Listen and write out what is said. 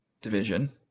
division